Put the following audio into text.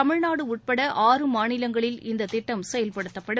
தமிழ்நாடு உட்பட ஆறு மாநிலங்களில் இந்த திட்டம் செயல்படுத்தபடும்